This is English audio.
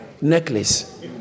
necklace